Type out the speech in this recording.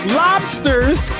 lobsters